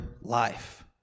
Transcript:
life